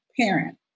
parent